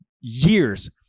years